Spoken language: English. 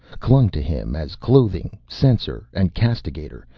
clung to him as clothing, censor, and castigator,